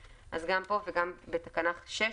אז גם פה וגם בתקנה 6,